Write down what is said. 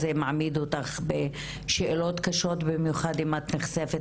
זה מעמיד אותך בשאלות קשות במיוחד אם את נחשפת